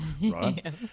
right